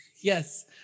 Yes